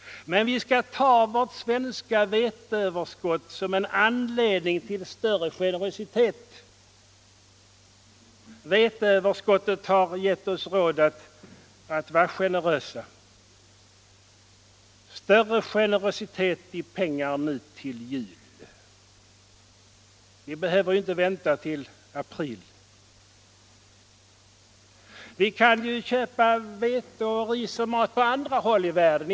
Men vi skall ta det svenska veteöverskottet som en anledning till större generositet. Det har givit oss råd att vara generösa. Större generositet i pengar nu till jul! Vi behöver inte vänta till april. Vi kan köpa vete, ris och mat på andra håll i världen.